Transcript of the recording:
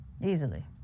Easily